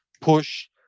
push